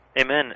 amen